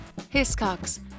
Hiscox